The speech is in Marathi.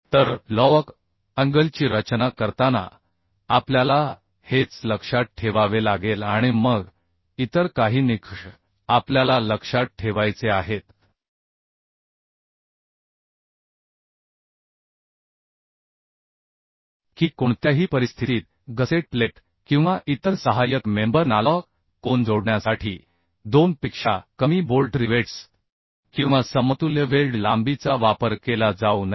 तर लजअँगलची रचना करताना आपल्याला हेच लक्षात ठेवावे लागेल आणि मग इतर काही निकष आपल्याला लक्षात ठेवायचे आहेत की कोणत्याही परिस्थितीत गसेट प्लेट किंवा इतर सहाय्यक मेंबर ना लजकोन जोडण्यासाठी 2 पेक्षा कमी बोल्ट रिवेट्स किंवा समतुल्य वेल्ड लांबीचा वापर केला जाऊ नये